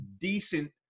decent